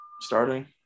starting